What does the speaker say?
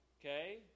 okay